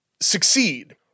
succeed